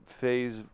phase